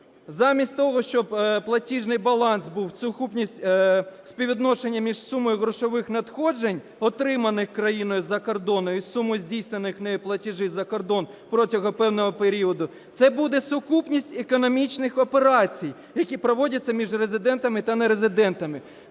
замість того, щоб платіжний баланс був – сукупність співвідношення між сумою грошових надходжень, отриманих країною з-за кордону, і сумою здійснених нею платежів за кордон протягом певного періоду, це буде сукупність економічних операцій, які проводяться між резидентами та нерезидентами.